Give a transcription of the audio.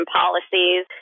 policies